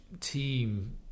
Team